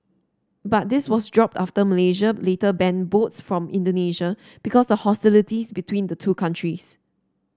but this was dropped after Malaysia later banned boats from Indonesia because of hostilities between the two countries